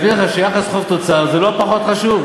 שיסביר לך שיחס חוב תוצר זה לא פחות חשוב.